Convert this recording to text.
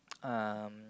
um